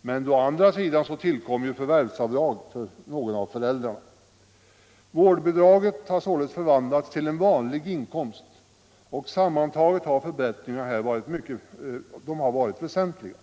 men då det å andra sidan tillkommer förvärvsavdrag för någon av föräldrarna. Vårdbidraget har således förvandlats till en vanlig inkomst. Sammantaget har förbättringarna varit väsentliga.